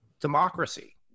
democracy